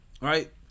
right